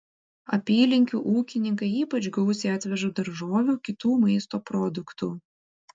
apylinkių ūkininkai ypač gausiai atveža daržovių kitų maisto produktų